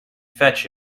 fetch